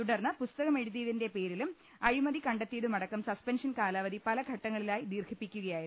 തുടർന്ന് പുസ്തകമെഴുതിയ തിന്റെ പേരിലും അഴിമതി കണ്ടെത്തിയതിനുമടക്കം സസ്പെൻഷൻ കാലാവധി പലഘട്ടങ്ങളിലായി ദീർഘിപ്പിക്കുക യായിരുന്നു